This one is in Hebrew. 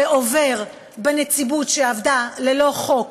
ועובר בנציבות שעבדה ללא חוק